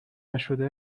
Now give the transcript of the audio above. نشده